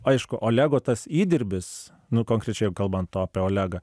aišku olego tas įdirbis nu konkrečiai jeigu kalbant apie olegą